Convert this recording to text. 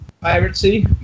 Piracy